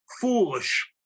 foolish